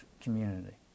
community